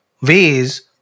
ways